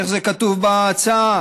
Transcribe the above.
איך זה כתוב בהצעה?